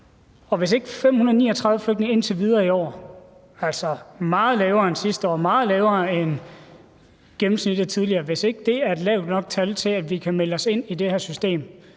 Hvis ikke 539 flygtninge indtil videre i år – altså et meget lavere tal end sidste år, meget lavere end gennemsnittet tidligere – er et lavt nok tal til, at vi kan melde os ind i det her system,